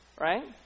Right